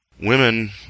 Women